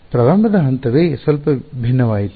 ಪ್ರಾರಂಭದ ಹಂತವೇ ಸ್ವಲ್ಪ ಭಿನ್ನವಾಯಿತು